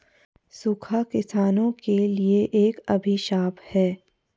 सूखा किसानों के लिए एक अभिशाप है